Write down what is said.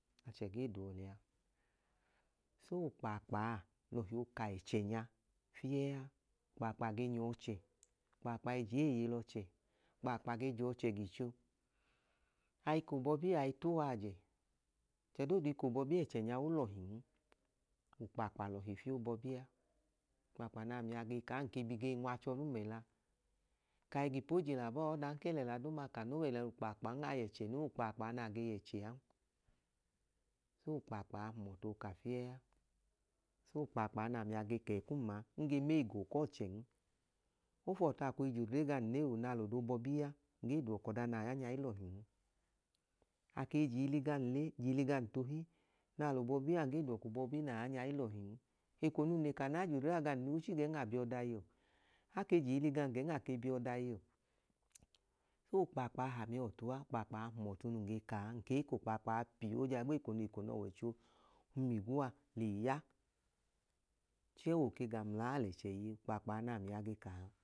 Achẹ gee duọ liya so okpaakpaa lọhi oka ẹchẹnya fiea, okkpaakpa ge nyọọchẹ okpaakpa ijeeye l'ọchẹ okpaakpa gee jọọchẹ gicho ai kobọbi ai tuwaajẹ. @chẹdoodu k'obọbi ẹchẹnya olọhin, okpaakpa l'ọhifiobọbia okpaakpa n'amia gee kaa nke bi gei nwachọlum ẹla kai g'ipojila bọọa ọdan ke lẹla duuma ka no w'ẹlo kpaakpan ayẹchenon ẹlo kpaakpaa nai yẹcheaan. So okpaakpa hum ọtu oka fiea, so okpaakpan'amia gee kee kum a nge meyi goo kọọchẹn. Ofuọtu akoyi j'odre gan leoo naa lọdo bọbi ya ngee duọ k'ọda na ya nya ilọhin. Akei jiili gam le jiili gam tohi naa lobọbi ya nge duọ k'obọbi na ya nyailohin. Eko nun le ka na j'odre gam le ochigen abi ọdayọ ake jiili gam gẹn ake bi ọdaiyo. koo kpaakpa hamia ọtua okpaakpaa hum ọtu nun ge kaa nke k'okpaakpaa pio jaa gbiko neko n'ọwọicho hum igwua leya chẹẹ owu ke gaam mlaa alẹchẹa le ya, okpaakpaa n'amia gee kaa